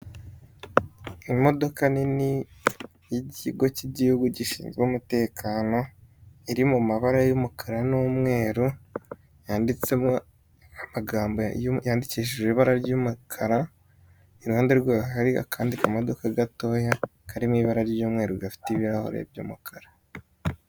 Imodoka nini y'ikigo cy'igihugu gishinzwe umutekano, iri mu mabara y'umukara n'umweru yanditseho amagambo yandikishijwe ibara y'umukara. Iruhande rwayo hari akandi kamodoka gatoya kari mw'ibara ry'umweru gafite ibirahure by'umukara.